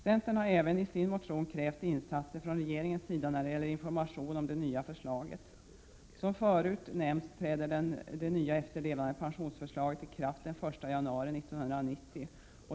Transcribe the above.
Centern har i sin motion även krävt insatser från regeringens sida när det gäller information om det nya förslaget. Som förut nämnts träder de nya efterlevandepensionsreglerna i kraft den första januari 1990.